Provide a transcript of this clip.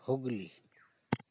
Hooghly